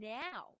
now